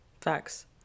facts